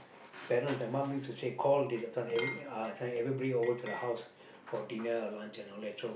parent my mom used she call the son send everybody uh send everybody over to the house for lunch dinner and all that so